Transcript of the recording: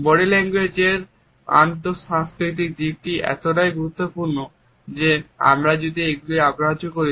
body language এর আন্তঃ সাংস্কৃতিক দিকগুলি এতটাই গুরুত্বপূর্ণ যে আমরা যদি এগুলিকে অগ্রাহ্য করি